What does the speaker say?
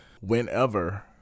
Whenever